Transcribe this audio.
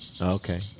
Okay